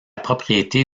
propriété